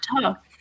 tough